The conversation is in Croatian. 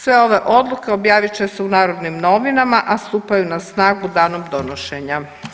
Sve ove odluke objavit će se u „Narodnim novinama“, a stupaju na snagu danom donošenja.